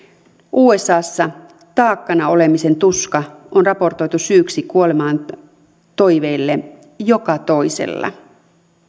usassa taakkana olemisen tuska on raportoitu syyksi kuoleman toiveelle joka toisella